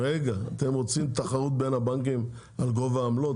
אתם רוצים תחרות בין הבנקים על גובה עמלות?